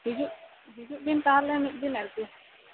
ᱦᱤᱡᱩ ᱦᱤᱡᱩᱜ ᱵᱤᱱ ᱛᱟᱦᱚᱞᱮ ᱢᱤᱫ ᱫᱤᱱ ᱟᱨᱠᱤ